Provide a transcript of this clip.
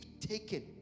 taken